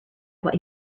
what